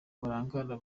barangara